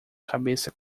cabeça